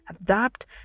adapt